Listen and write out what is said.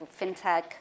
fintech